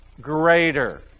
greater